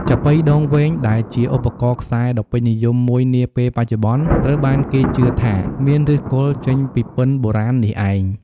ចាប៉ីដងវែង ដែលជាឧបករណ៍ខ្សែដ៏ពេញនិយមមួយនាពេលបច្ចុប្បន្ន ត្រូវបានគេជឿថាមានឫសគល់ចេញពីពិណបុរាណនេះឯង។